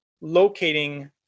locating